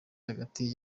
hagati